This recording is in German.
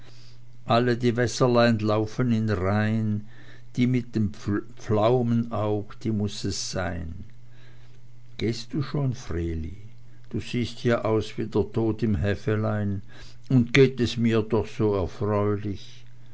alle die wässerlein laufen in rhein die mit dem pflaumenaug die muß es sein gehst du schon vreeli du siehst ja aus wie der tod im häfelein und geht es mir doch so erfreulich